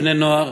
בני-נוער.